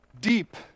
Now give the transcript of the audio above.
deep